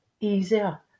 easier